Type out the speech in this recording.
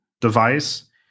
device